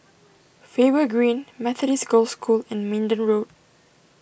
Faber Green Methodist Girls' School and Minden Road